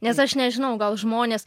nes aš nežinau gal žmonės